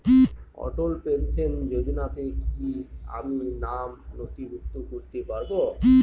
অটল pension যোজনাতে কি আমি নাম নথিভুক্ত করতে পারবো?